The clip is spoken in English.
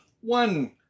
One